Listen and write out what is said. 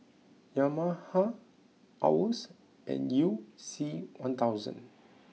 Yamaha Owls and you C one thousand